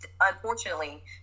unfortunately